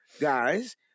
guys